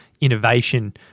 innovation